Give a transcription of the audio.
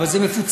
אבל זה מפוצל.